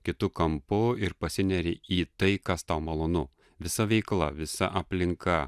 kitu kampu ir pasineri į tai kas tau malonu visa veikla visa aplinka